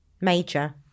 Major